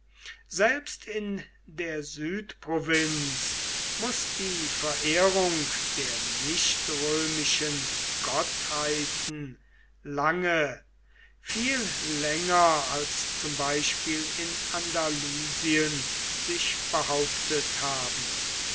selbst in der südprovinz muß die verehrung der nichtrömischen gottheiten lange viel länger als zum beispiel in andalusien sich behauptet haben